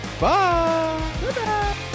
Bye